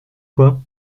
quoi